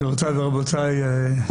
גבירותיי ורבותיי,